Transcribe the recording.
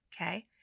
okay